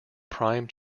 prime